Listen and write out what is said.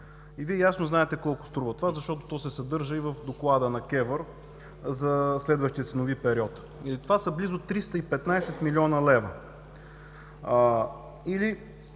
Вие ясно знаете колко струва, защото се съдържа и в доклада на КЕВР за следващия ценови период. Това са близо 315 млн. лв. Тези